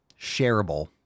shareable